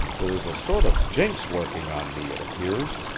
there is a sort of jinx working on me, it appears.